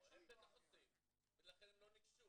הם בטח עושים, ולכן הם לא ניגשו.